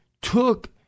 took